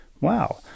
Wow